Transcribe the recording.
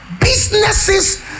businesses